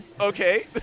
okay